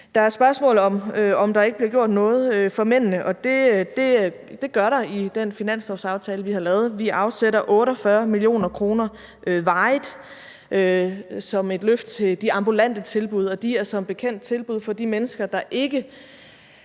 Der er spørgsmål om, om der ikke bliver gjort noget for mændene, og det gør der i den finanslovsaftale, vi har lavet. Vi afsætter 48 mio. kr. varigt som et løft til de ambulante tilbud, og det er som bekendt tilbud for de mennesker, der ikke